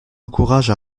encourage